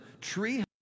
tree